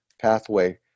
pathway